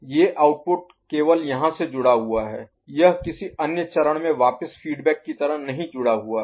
ये आउटपुट केवल यहां से जुड़ा हुआ है यह किसी अन्य चरण में वापस फीडबैक की तरह नहीं जुड़ा हुआ है